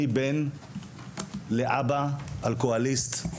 אני בן לאבא אלכוהוליסט,